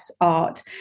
art